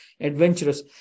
adventurous